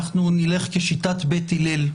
אנחנו נלך כשיטת בית הלל,